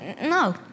No